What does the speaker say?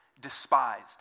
despised